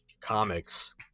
comics